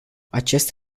acest